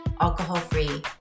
alcohol-free